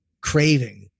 craving